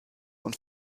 und